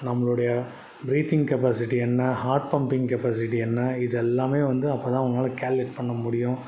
நம்மளுடைய breathing capacity என்ன heart pumping capacity என்ன இது எல்லாமே வந்து அப்ப தான் அவங்கனால கால்குலேட் பண்ண முடியும்